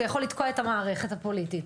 ויכול לתקוע את המערכת הפוליטית.